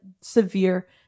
severe